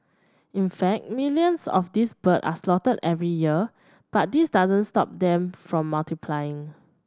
in fact millions of these birds are slaughtered every year but this doesn't stop them from multiplying